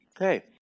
Okay